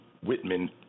Whitman